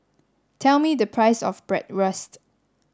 tell me the price of Bratwurst